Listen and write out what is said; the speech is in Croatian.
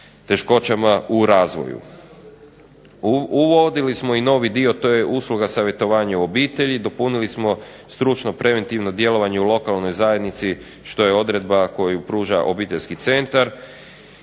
teškoćama u razvoju. Uvodili smo novi dio, to je usluga savjetovanja u obitelji, dopunili smo stručno preventivno djelovanje u lokalnoj zajednici što je odredba koju pruža obiteljski centar.